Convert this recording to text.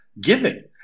giving